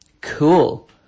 Cool